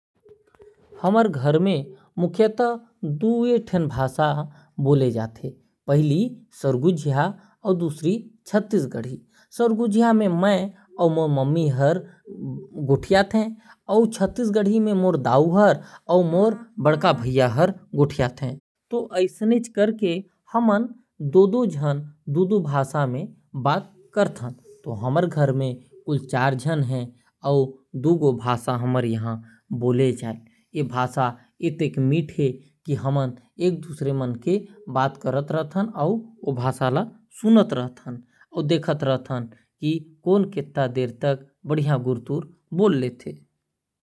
हमर घर में मुख्यतः दु भाषा बोलल जायल। सरगुजिया और छत्तीसगढ़ी मोर मा और मै सरगुजिया में बात कर थे। और मोर दाऊ और बड़ा भाई छत्तीसगढ़ी में बात कर थे। और ये बोली बोले में अड़बड़ मीठ लगेल।